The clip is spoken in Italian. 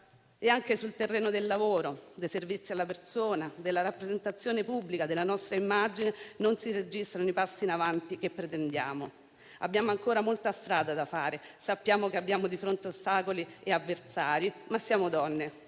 e anche sul terreno del lavoro, dei servizi alla persona, della rappresentazione pubblica della nostra immagine non si registrano i passi in avanti che pretendiamo. Abbiamo ancora molta strada da fare. Sappiamo che abbiamo di fronte ostacoli e avversari, ma siamo donne